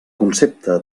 concepte